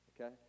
okay